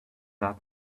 that